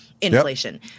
inflation